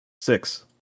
Six